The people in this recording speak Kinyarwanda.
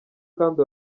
kandi